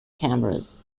cameras